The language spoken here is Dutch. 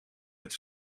het